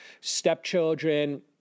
stepchildren